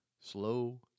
Slow